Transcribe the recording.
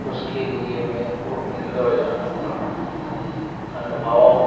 उसके लिए मे को इंदौर जाना पड़ा अनुभाग